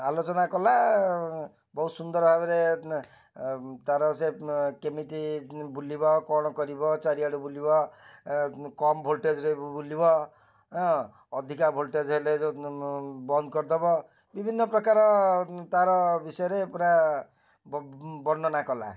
ଆଲୋଚନା କଲା ବହୁତ ସୁନ୍ଦର ଭାବରେ ତାର ସେ କେମିତି ବୁଲିବ କ'ଣ କରିବ ଚାରିଆଡ଼ୁ ବୁଲିବ କମ ଭୋଲ୍ଟେଜ୍ରେ ବୁଲିବ ଅଁ ଅଧିକା ଭୋଲ୍ଟେଜ୍ ହେଲେ ବନ୍ଦ କରିଦେବ ବିଭିନ୍ନ ପ୍ରକାର ତାର ବିଷୟରେ ପୁରା ବର୍ଣ୍ଣନା କଲା